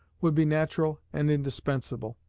would be natural and indispensable.